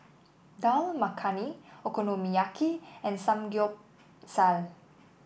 Dal Makhani Okonomiyaki and Samgeyopsal